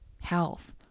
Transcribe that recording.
health